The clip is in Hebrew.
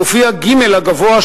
מופיע ג' הגבוה,